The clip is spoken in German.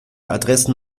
adressen